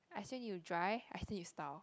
I still need to dry I still need to style